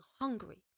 hungry